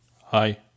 Hi